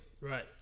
Right